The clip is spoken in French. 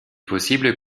possible